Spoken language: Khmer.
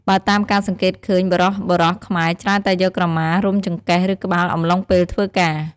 បើតាមការសង្កេតឃើញ បុរសៗខ្មែរច្រើនតែយកក្រមាមករុំចង្កេះ ឬ ក្បាលអំឡុងពេលធ្វើការ។